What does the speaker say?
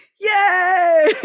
Yay